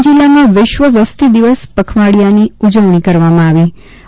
ડાંગ જિલ્લામાં વિશ્વ વસ્તી દિવસ પખવાડિયાની ઉજવણી કરવામાં આવી હતી